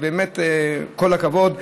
באמת כל הכבוד.